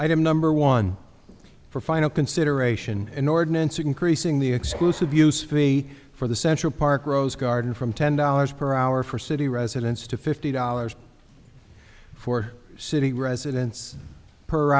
item number one for final consideration an ordinance increasing the exclusive use fee for the central park rose garden from ten dollars per hour for city residents to fifty dollars for city residents per